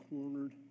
cornered